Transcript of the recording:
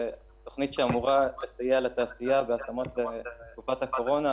תוכנית שאמורה לסייע לתעשייה בהתאמות לתקופת הקורונה,